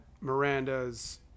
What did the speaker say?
Miranda's